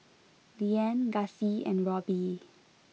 Liane Gussie and Robby